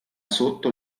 sotto